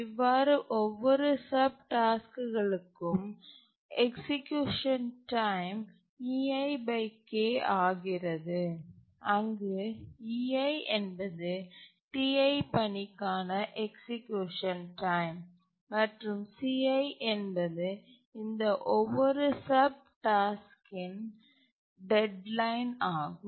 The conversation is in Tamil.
இவ்வாறு ஒவ்வொரு சப் டாஸ்க்குகளுக்கும் எக்சீக்யூசன் டைம் ஆகிறது அங்கு ei என்பது Ti பணிக்கான எக்சீக்யூசன் டைம் மற்றும் di என்பது இந்த ஒவ்வொரு சப் டாஸ்க்கின் டெட்லைன் ஆகும்